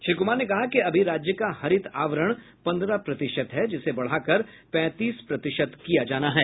श्री कुमार ने कहा कि अभी राज्य का हरित आवरण पंद्रह प्रतिशत है जिसे बढ़ाकर पैंतीस प्रतिशत किया जाना है